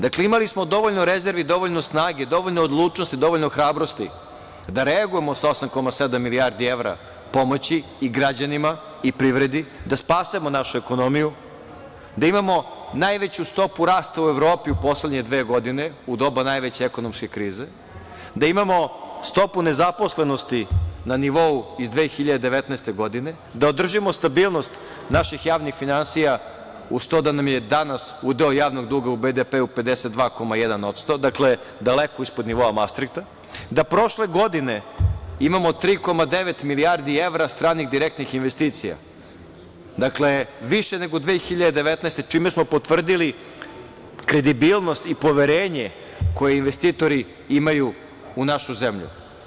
Dakle, imali smo dovoljno rezervi, dovoljno snage, dovoljno odlučnosti, dovoljno hrabrosti da reagujemo sa 8,7 milijardi evra pomoći i građanima i privredi, da spasemo našu ekonomiju, da imamo najveću stopu rasta u Evropi u poslednje dve godine, u doba najveće ekonomske krize, da imamo stopu nezaposlenosti na nivou iz 2019. godine, da održimo stabilnost naših javnih finansija, uz to da nam je danas udeo javnog duga u BDP-u 52,1%, dakle, daleko ispod nivoa Mastrihta, da prošle godine imamo 3,9 milijardi evra stranih direktnih investicija, dakle, više nego 2019. godine, čime smo potvrdili kredibilnost i poverenje koje investitori imaju u našu zemlju.